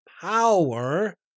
power